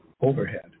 overhead